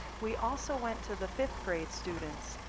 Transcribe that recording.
we also went to the fifth grade students.